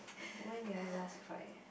when did I last cry